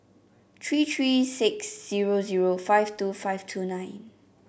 three three six zero zero five two five two nine